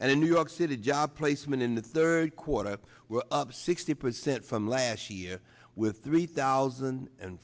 and in new york city job placement in the third quarter were up sixty percent from last year with three thousand and